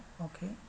Okay